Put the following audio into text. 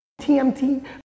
TMT